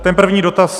Ten první dotaz.